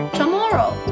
tomorrow